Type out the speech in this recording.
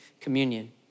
communion